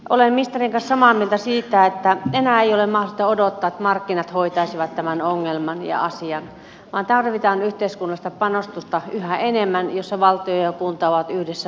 olen ministerin kanssa samaa mieltä siitä että enää ei ole mahdollista odottaa että markkinat hoitaisivat tämän ongelman ja asian vaan tarvitaan yhä enemmän yhteiskunnallista panostusta jossa valtio ja kunta ovat yhdessä mukana